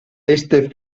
este